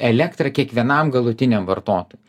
elektrą kiekvienam galutiniam vartotojui